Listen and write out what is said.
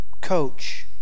coach